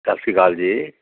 ਸਤਿ ਸ਼੍ਰੀ ਅਕਾਲ ਜੀ